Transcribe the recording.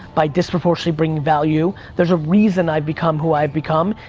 by disproportionally bringing value. there's a reason i've become who i've become.